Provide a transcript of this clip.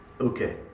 Okay